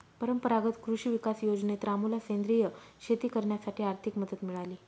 परंपरागत कृषी विकास योजनेत रामूला सेंद्रिय शेती करण्यासाठी आर्थिक मदत मिळाली